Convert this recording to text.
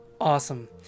awesome